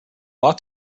ought